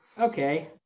Okay